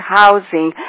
housing